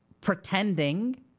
pretending